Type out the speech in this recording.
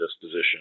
disposition